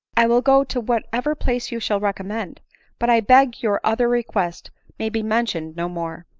i will go to whatever place you shall recommend but i beg your other request may be mentioned no more.